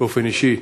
באופן אישי.